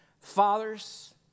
Fathers